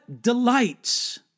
delights